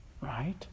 Right